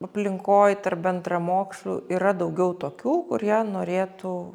aplinkoj tarp bendramokslių yra daugiau tokių kurie norėtų